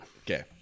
Okay